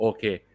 Okay